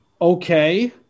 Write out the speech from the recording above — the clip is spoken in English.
Okay